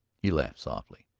he laughed softly.